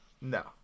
no